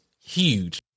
huge